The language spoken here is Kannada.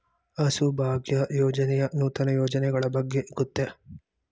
ಹಸುಭಾಗ್ಯ ಯೋಜನೆಯ ನೂತನ ಯೋಜನೆಗಳ ಬಗ್ಗೆ ಗೊತ್ತೇ?